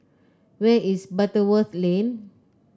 where is Butterworth Lane